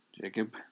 Jacob